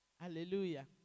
Hallelujah